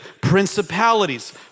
Principalities